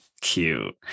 cute